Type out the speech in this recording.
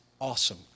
awesome